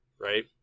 right